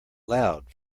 loud